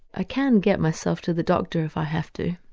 i can get myself to the doctor if i have to.